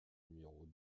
numéro